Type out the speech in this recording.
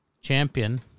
Champion